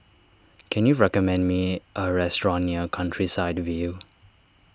can you recommend me a restaurant near Countryside View